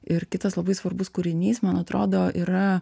ir kitas labai svarbus kūrinys man atrodo yra